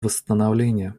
восстановления